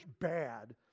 bad